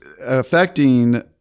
affecting